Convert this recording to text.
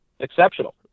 exceptional